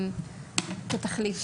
למשל?